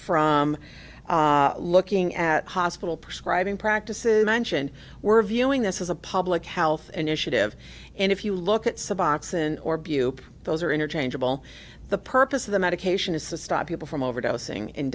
from looking at hospital prescribing practices mansion we're viewing this as a public health initiative and if you look at suboxone or bupa those are interchangeable the purpose of the medication is to stop people from overdosing and